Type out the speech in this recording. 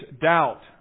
doubt